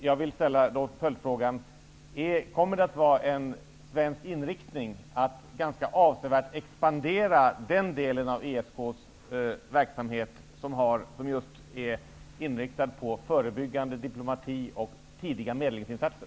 Jag vill ställa en följdfråga: Kommer det att vara en svensk inriktning att ganska avsevärt expandera den delen av ESK:s verksamhet som just är inriktad på förebyggande diplomati och tidiga medlingsinsatser?